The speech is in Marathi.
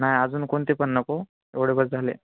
नाही अजून कोणते पण नको एवढे बस्स झाले